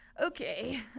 okay